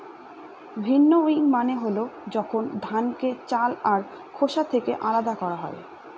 ভিন্নউইং মানে হল যখন ধানকে চাল আর খোসা থেকে আলাদা করা হয়